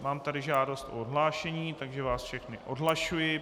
Mám tu žádost o odhlášení, takže vás všechny odhlašuji.